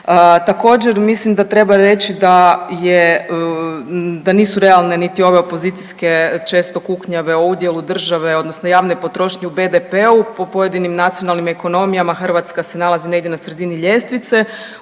Također mislim da treba reći da je, da nisu realne niti ove opozicijske često kuknjave o udjelu države odnosno javne potrošnje u BDP-u. Po pojedinim nacionalnim ekonomijama Hrvatska se nalazi negdje na sredini ljestvice.